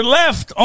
left